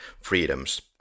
freedoms